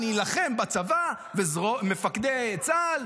אני אילחם בצבא, במפקדי צה"ל.